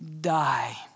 die